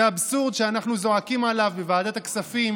זה אבסורד שאנחנו זועקים עליו בוועדת הכספים